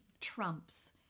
trumps